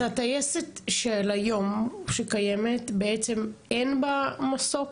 אז הטייסת של היום שקיימת בעצם אין בה מסוק?